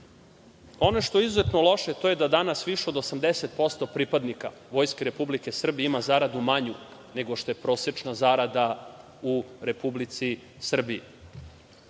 što je izuzetno loše, to je da danas više od 80% pripadnika Vojske Republike Srbije ima zaradu manju nego što je prosečna zarada u Republici Srbiji.